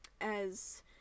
as-